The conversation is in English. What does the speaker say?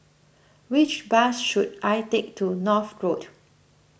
which bus should I take to North Road